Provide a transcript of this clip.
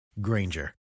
Granger